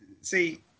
See